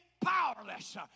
powerless